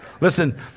Listen